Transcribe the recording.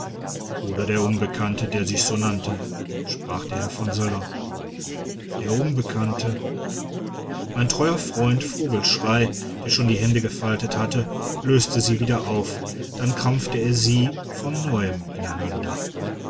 oder der unbekannte der sich so nannte sprach der herr von söller der unbekannte mein teurer freund vogelschrey der schon die hände gefaltet hatte löste sie wieder auf dann krampfte er sie von neuem ineinander